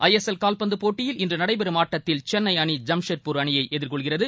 ISL காவ்பந்து போட்டியில்நடைபெறும் ஆட்டத்தில் சென்னை அணி ஜாம்ஷெட்பூர் அணியை எதிர்கொள்கிறது